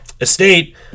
estate